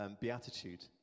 beatitude